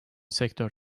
sektör